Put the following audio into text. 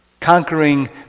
conquering